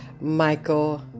Michael